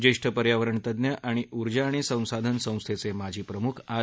ज्येष्ठ पर्यावरणतज्ञ आणि उर्जा आणि संसाधन संस्थेचे माजी प्रमुख आर